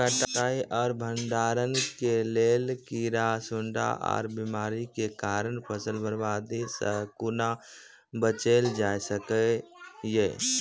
कटाई आर भंडारण के लेल कीड़ा, सूड़ा आर बीमारियों के कारण फसलक बर्बादी सॅ कूना बचेल जाय सकै ये?